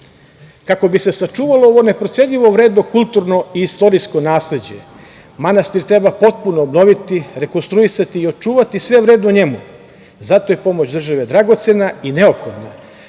bi se sačuvalo ovo neprocenjivo vredno kulturno i istorijsko nasleđe, manastir treba potpuno obnoviti, rekonstruisati i očuvati sve vredno u njemu, zato je pomoć države dragocena i neophodna. Osim